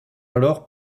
alors